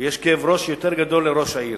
ויש כאב ראש יותר גדול לראש העיר,